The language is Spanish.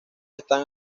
están